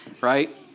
right